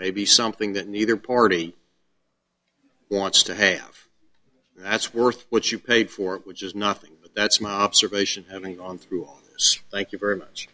maybe something that neither party wants to have that's worth what you paid for it which is nothing but that's my observation having gone through thank you very much